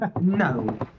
No